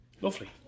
Lovely